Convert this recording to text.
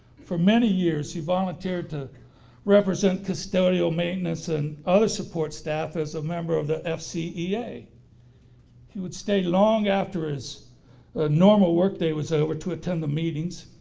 for many years he volunteered to represent custodial maintenance and other support staff as a member of the fcea. he would stay long after his normal work day was over to attend the meetings.